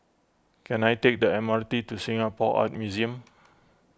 can I take the M R T to Singapore Art Museum